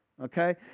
okay